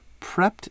prepped